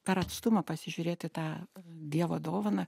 per atstumą pasižiūrėt į tą dievo dovaną